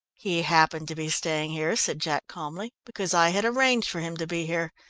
he happened to be staying here, said jack calmly, because i had arranged for him to be here.